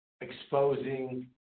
exposing